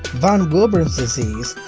von willebrand's disease,